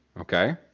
Okay